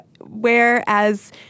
whereas